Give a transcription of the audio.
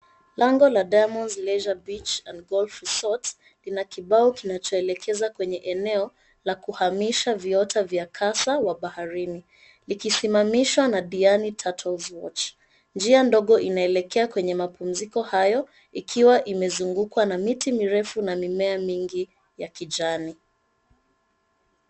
Lango la Diamond Leisure beach and golf resort lina kibao kinachoelekeza kwenye eneo la kuhamisha viota vya kasa wa baharini likisimamishwa na Diani Turtles Watch. Njia ndogo inaelekea kwenye mapumziko hayo ikiwa imezungukwa na miti mirefu na mimea mingi ya kijani.